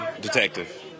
detective